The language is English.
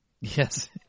Yes